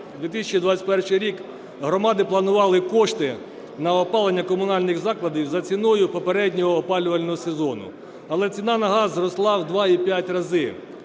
2021 рік громади планували кошти на опалення комунальних закладів за ціною попереднього опалювального сезону, але ціна на газ зросла в 2,5 разу.